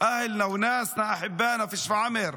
(אומר דברים בשפה הערבית, להלן תרגומם:)